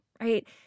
right